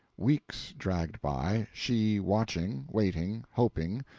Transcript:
weeks dragged by, she watching, waiting, hoping,